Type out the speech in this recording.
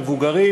מבוגרים,